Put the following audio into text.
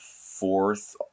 fourth